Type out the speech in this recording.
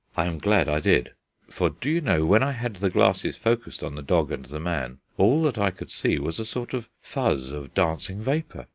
i am glad i did for, do you know, when i had the glasses focused on the dog and the man, all that i could see was a sort of fuzz of dancing vapour,